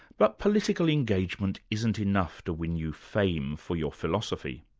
but political engagement isn't enough to win you fame for your philosophy.